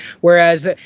whereas